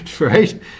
Right